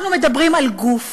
אנחנו מדברים על גוף